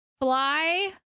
fly